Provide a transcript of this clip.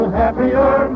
happier